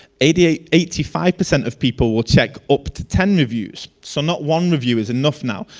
eighty eighty eighty five percent of people will check up to ten reviews. so not one review is enough now.